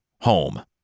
Home